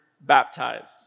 baptized